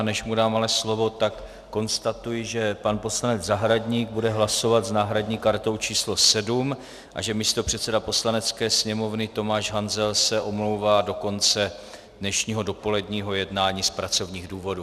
Než mu dám ale slovo, tak konstatuji, že pan poslanec Zahradník bude hlasovat s náhradní kartou číslo 7 a že místopředseda Poslanecké sněmovny Tomáš Hanzel se omlouvá do konce dnešního dopoledního jednání z pracovních důvodů.